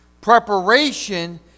Preparation